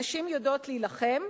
נשים יודעות להילחם,